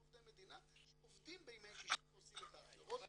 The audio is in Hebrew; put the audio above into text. אנחנו עובדי מדינה שעובדים בימי שישי ועושים את ההכשרות